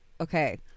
okay